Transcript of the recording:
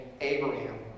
Abraham